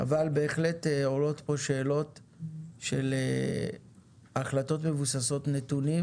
אבל בהחלט עולות פה שאלות של החלטות מבוססות נתונים